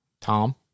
Tom